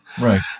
Right